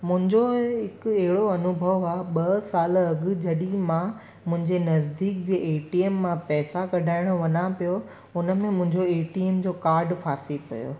मुंहिंजो हिकु अहिड़ो अनुभव आहे ॿ साल अॻु जॾहिं मां मुंहिंजे नज़दीक जे ए टी एम मां पैसा कढाइणु वञां पियो उन में मुंहिंजो ए टी एम जो कार्ड फासी पयो